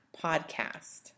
podcast